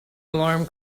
alarm